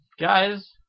guys